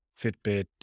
Fitbit